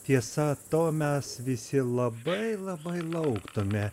tiesa to mes visi labai labai lauktume